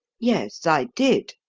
yes, i did,